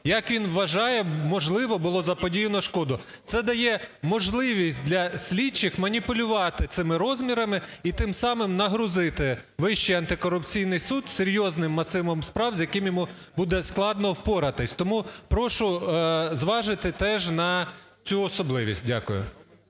як він вважає, можливо, було заподіяно шкоду. Це дає можливість для слідчих маніпулювати цими розмірами і тим самим нагрузити Вищий антикорупційний суд серйозним масивом справ, з яким йому буде складно впоратись. Тому прошу зважити теж на цю особливість. Дякую.